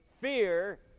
fear